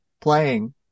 playing